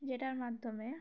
যেটার মাধ্যমে